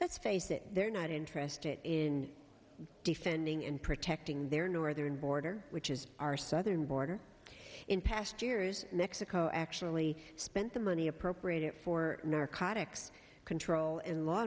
let's face it they're not interested in defending and protecting their northern border which is our southern border in past years mexico actually spent the money appropriated for narcotics control and law